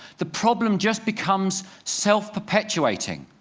the problem just becomes self-perpetuating.